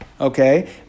Okay